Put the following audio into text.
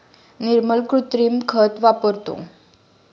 निर्मल कृत्रिम खत वापरतो